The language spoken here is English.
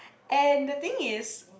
and the thing is